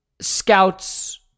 scouts